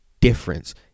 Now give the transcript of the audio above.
difference